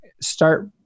start